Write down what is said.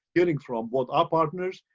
getting from what our partners,